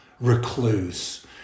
recluse